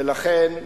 ולכן,